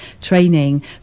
training